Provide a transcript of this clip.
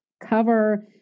cover